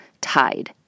tide